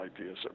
ideas